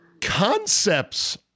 concepts